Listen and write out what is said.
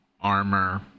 armor